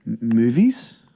movies